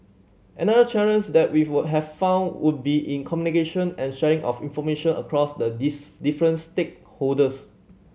another challenge that we were have found would be in communication and sharing of information across the different stakeholders